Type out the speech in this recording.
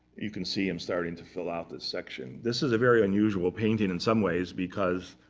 you can see him starting to fill out this section. this is a very unusual painting in some ways, because